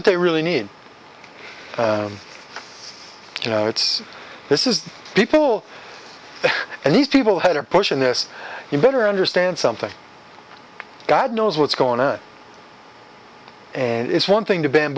what they really need you know it's this is the people and these people who are pushing this you better understand something god knows what's going on and it's one thing to ba